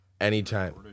anytime